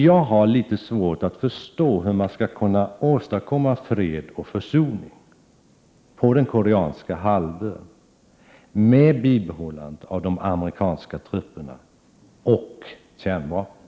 Jag har litet svårt att förstå hur man skall kunna åstadkomma fred och försoning på den koreanska halvön med bibehållande av de amerikanska trupperna och kärnvapnen.